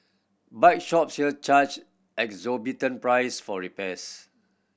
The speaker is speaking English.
bike shops here charge exorbitant price for repairs